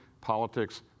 politics